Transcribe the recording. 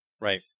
Right